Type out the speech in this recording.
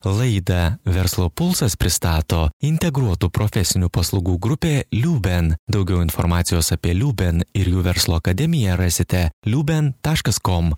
laidą verslo pulsas pristato integruotų profesinių paslaugų grupė liuben daugiau informacijos apie liuben ir jų verslo akademiją rasite liuben taškas kom